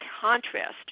contrast